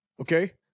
Okay